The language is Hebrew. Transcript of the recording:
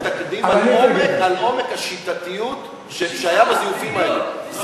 והיה גם תקדים על עומק השיטתיות בזיופים האלה.